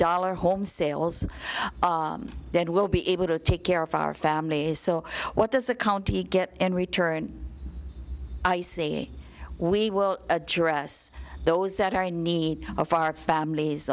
dollar home sales then we'll be able to take care of our families so what does a county get in return i say we will address those that are in need of our families